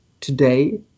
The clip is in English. today